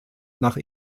nach